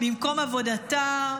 במקום עבודתה,